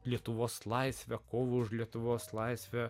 lietuvos laisvę kovą už lietuvos laisvę